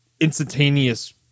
instantaneous